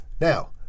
now